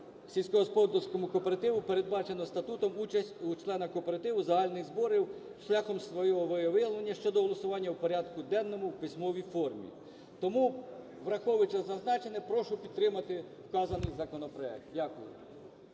сільськогосподарському кооперативу передбачену статутом участь члена кооперативу у загальних зборах шляхом свого волевиявлення щодо голосування в порядку денному в письмовій формі. Тому, враховуючи зазначене, прошу підтримати вказаний законопроект. Дякую.